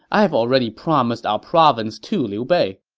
i have already promised our province to liu bei